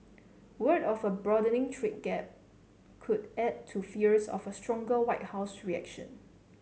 word of a broadening trade gap could add to fears of a stronger White House reaction